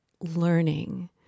learning